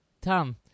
Tom